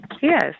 Yes